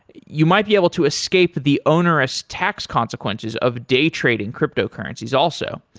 you might be able to escape the onerous tax consequences of day-trading cryptocurrencies also.